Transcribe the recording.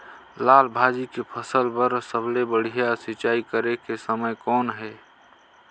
लाल भाजी के फसल बर सबले बढ़िया सिंचाई करे के समय कौन हे?